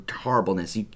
horribleness